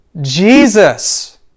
Jesus